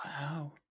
Wow